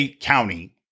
County